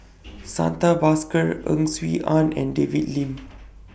Santha Bhaskar Ang Swee Aun and David Lim